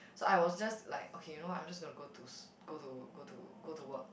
so I was just like okay you know I 'm just going to go to sch~ go to go to go to work